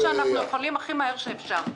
--- עשינו את מה שאנחנו יכולים הכי מהר שאפשר.